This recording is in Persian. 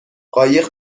قایق